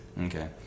Okay